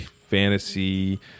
fantasy